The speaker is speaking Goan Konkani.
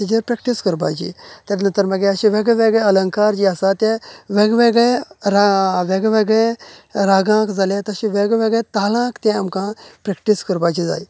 तेजेर प्रॅक्टीस करपाची त्याच नंतर मागीर अशे वेगवेगळे अलंकार जे आसात ते वेगळे वेगळे राग वेगळे वेगळे रागावन जाल्यार तशे वेगवेगळ्या तालांक त्या आमकां प्रॅक्टीस करपाची जाय